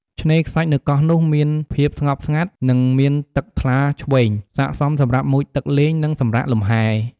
ឆ្នេរខ្សាច់នៅកោះនោះមានភាពស្ងប់ស្ងាត់ និងមានទឹកថ្លាឈ្វេង ស័ក្តិសមសម្រាប់មុជទឹកលេង និងសម្រាកលំហែ។